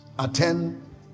Attend